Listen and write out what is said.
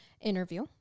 interview